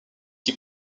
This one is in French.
qui